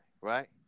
right